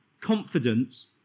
confidence